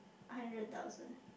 hundred thousand